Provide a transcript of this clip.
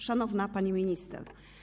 Szanowna Pani Minister!